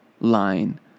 line